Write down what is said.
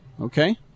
Okay